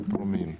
זה פרומיל.